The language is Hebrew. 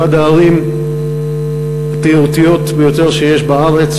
אחת הערים התיירותיות ביותר שיש בארץ,